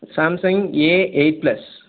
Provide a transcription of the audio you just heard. Samsung a eight plus